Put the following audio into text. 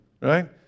right